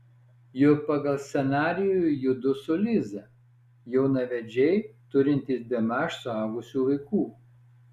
juk pagal scenarijų judu su liza jaunavedžiai turintys bemaž suaugusių vaikų